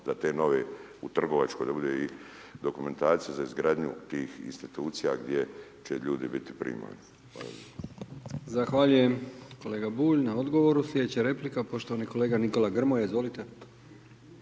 za te nove u trgovačkoj, da bude i dokumentacija za izgradnju tih institucija gdje će ljudi biti primani. Hvala lijepo. **Brkić, Milijan (HDZ)** Zahvaljujem kolega Bulj na odgovoru. Sljedeća replika poštovani kolega Nikola Grmoja. Izvolite.